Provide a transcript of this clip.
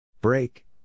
Break